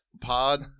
Pod